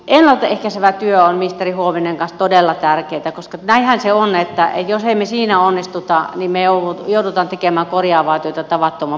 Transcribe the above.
ennalta ehkäisevä työ ministeri huovinen on kanssa todella tärkeätä koska näinhän se on että jos me emme siinä onnistu niin me joudumme tekemään korjaavaa työtä tavattoman paljon